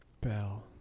bell